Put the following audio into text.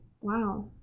wow